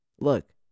Look